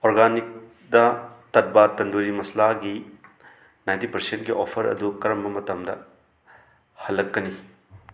organic ꯗ ꯇꯠꯚꯥ ꯇꯟꯗꯨꯔꯤ ꯃꯁꯥꯂꯥ ꯒꯤ ꯅꯥꯏꯟꯇꯤ ꯄꯥꯔꯁꯦꯟꯒꯤ ꯑꯣꯐꯔ ꯑꯗꯨ ꯀꯔꯝꯕ ꯃꯇꯝꯗ ꯍꯜꯂꯛꯀꯅꯤ